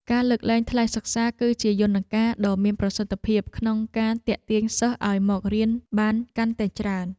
ការលើកលែងថ្លៃសិក្សាគឺជាយន្តការដ៏មានប្រសិទ្ធភាពក្នុងការទាក់ទាញសិស្សឱ្យមករៀនបានកាន់តែច្រើន។